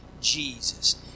Jesus